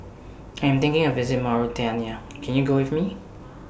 I Am thinking of visit Mauritania Can YOU Go with Me